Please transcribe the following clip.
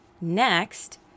Next